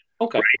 Okay